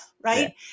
right